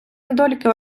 недоліки